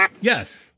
Yes